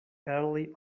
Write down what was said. early